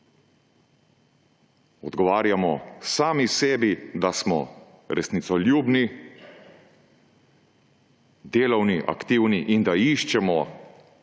Odgovarjamo sami sebi, da smo resnicoljubni, delovni, aktivni in da iščemo